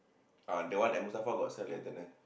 ah that one at Mustafa got sell the antenna